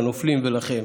לנופלים ולכם,